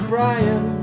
Brian